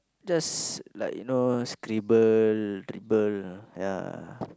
just like you know scribble dribble yeah